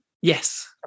Yes